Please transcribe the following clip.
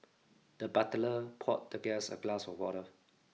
the butler poured the guest a glass of water